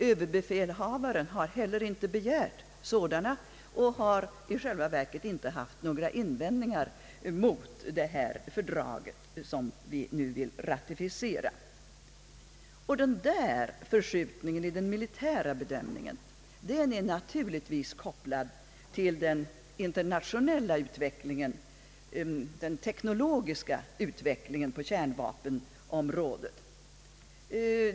Överbefälhavaren har heller inte begärt sådana och har i själva verket inte rest några invändningar mot det fördrag som vi nu vill ratificera. Denna förskjutning i den militära bedömningen är naturligtvis kopplad till den internationella teknologiska utvecklingen på kärnvapenområdet.